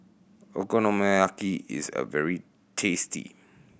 okonomiyaki is a very tasty